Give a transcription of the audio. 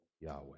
Yahweh